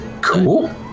Cool